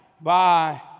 Bye